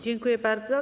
Dziękuję bardzo.